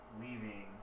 leaving